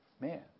Man